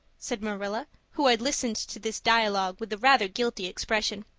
said marilla, who had listened to this dialogue with a rather guilty expression.